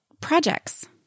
projects